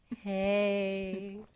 hey